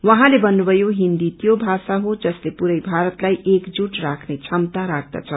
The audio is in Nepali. उहाँले भन्नुभयो हिन्दी त्यो भाषा हो जसले पुरै भारतलाई एकजुट राख्ने क्षमता राख्दछ